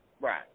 Right